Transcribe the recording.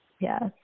yes